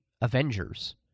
Avengers